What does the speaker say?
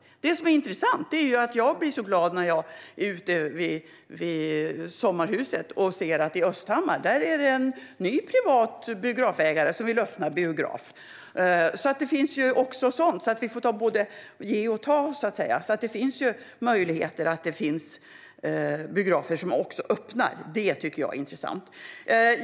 Något som är intressant och gör mig glad att se när jag är ute vid sommarhuset är att i Östhammar är det en ny privat ägare som vill öppna biograf. Det finns också sådant, så vi får så att säga både ge och ta. Det finns en möjlighet att det också öppnar biografer. Det tycker jag är intressant.